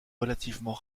relativement